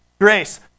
Grace